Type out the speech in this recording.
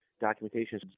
documentation